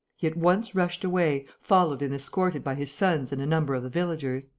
he at once rushed away, followed and escorted by his sons and a number of the villagers.